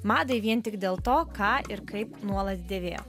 madai vien tik dėl to ką ir kaip nuolat dėvėjo